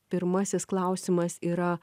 pirmasis klausimas yra